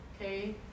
okay